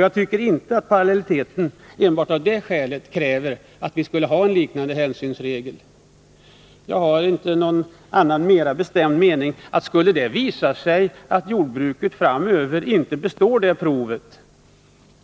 Jag tycker dock inte att parallelliteten enbart av det skälet kräver en liknande hänsynsregel beträffande jordbruket. Men skulle det visa sig att jordbruket framöver inte består det provet,